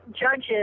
judges